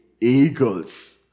eagles